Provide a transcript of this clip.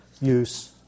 use